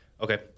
Okay